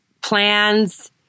plans